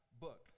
book